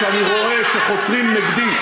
כשאני רואה שחותרים נגדי,